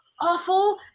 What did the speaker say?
awful